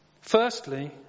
Firstly